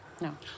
No